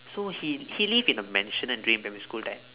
so he he live in a maisonette during primary school time